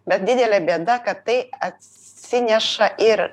bet didelė bėda kad tai atsineša ir